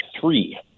three